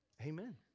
Amen